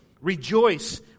rejoice